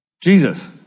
Jesus